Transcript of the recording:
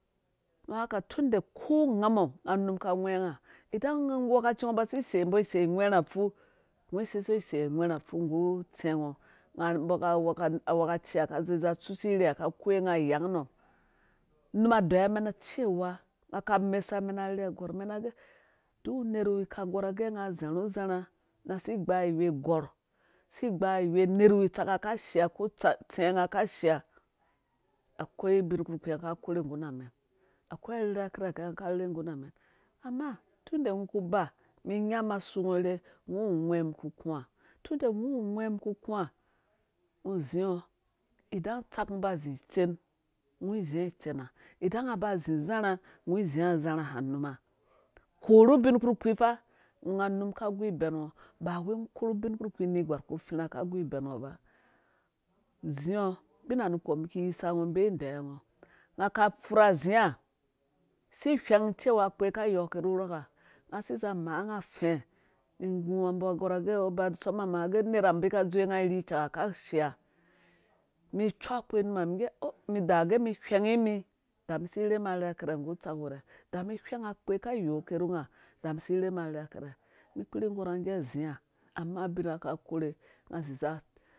Don haka tunda ko ngamɔ nga num ka ngahe nga idan a ngwhɛkaa ngɔ ba si sei mbɔ aei ingwhɛrha fu ngɔ seiso sei ngwhɛrha fu nggu utsɛngɔ a ngwhɛnkaci ka zi za tsusi irhek ha ba ngɔ yang nɔ num a deyiwa mɛn cewanga ka mesa mɛn arherhe a gɔrh mɛn agɛ duk nerh wi ka gɔrha agɛ nga zarha zarha si gbaa iwei gɔr si gba iwei nerh wi tsaka ka shea ko tsenga ka shaa akwai ubin kpurkpii nga ka korhe nggurhnga akwai arherha kirha kɛ nga ka rherhe nggu rhanga amma tundo ngɔ kuba mi nyaasu ngɔ irhee ngɔ wu ngohɛmum ku kua tunda ngɔ wu ngwhiɛ mum ku kua ngɔ zinga tsak mum ba zi tsen ngɔ zingɔ itsen ha ida n nga ba zi zarha ngɔ zingɔ zarhaba numa korhu ubin kpurkpii fa. nga numka gu ibem ngɔ ba wei ngɔ korh ubin kpurkpii negwar ku fiirha ka gu ibɛn ngɔ ba zing ubina nukpomiki yisa ngɔ deyiwa ngɔ nga ka pfurha zai si wheng cewa akpee ka yoo ke rhu rhɔka nga si za amga dɛɛ igu mbɔ gorha agɛ abasɔma mum gɛ nerha mbi ka dzowe nga rhi icangha va shea mi cu akpe num ha ngge oh da gɛ mi wheng nimi da mi wheng akpee ka yɔɔke rhu nga da misi rherhum arherha kerhɛ mi kpurhi gɔrh nga nggaae azia amma ubin nga ka korhe nga ziza